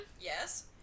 yes